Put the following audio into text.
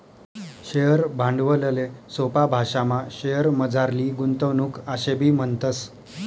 share भांडवलले सोपा भाशामा शेअरमझारली गुंतवणूक आशेबी म्हणतस